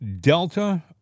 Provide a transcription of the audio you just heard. Delta